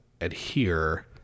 adhere